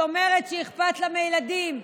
שאומרת שאכפת לה מילדים,